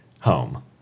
home